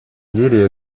недели